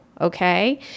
Okay